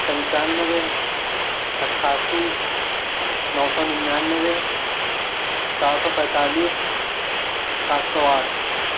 پچانوے اٹھاسی نو سو نِنانوے چار سو پینتالیس سات سو آٹھ